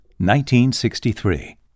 1963